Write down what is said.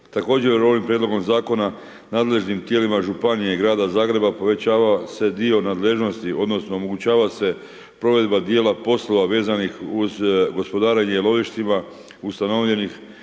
Također ovim prijedlogom zakona, nadležnim tijelima županija i grada Zagreba poveća se dio nadležnosti odnosno omogućava se provedba dijela posla vezanih uz gospodarenje lovištima ustanovljenih